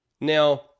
Now